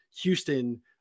Houston